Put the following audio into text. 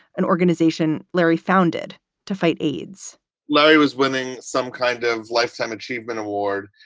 an organization larry founded to fight aids larry was winning some kind of lifetime achievement award.